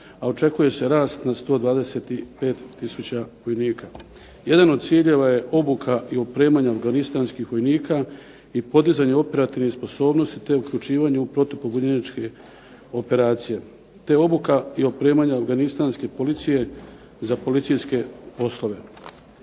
a očekuje se rast na 125 tisuća vojnika. Jedan od ciljeva je obuka i opremanje afganistanskih vojnika i podizanje operativnih sposobnosti te uključivanje u protupobunjeničke operacije te obuka i opremanje afganistanske policije za policijske poslove.